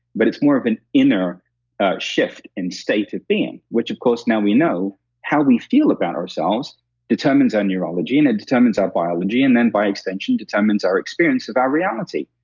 but it's more of an inner shift in state of being, which of course, now we know how we feel about ourselves determines our neurology and it determines our biology. and then, by extension, determines our experience of our reality.